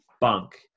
bunk